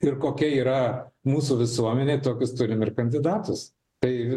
ir kokia yra mūsų visuomenė tokius turim ir kandidatus tai